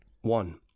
one